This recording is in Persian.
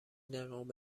نقاب